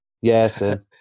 Yes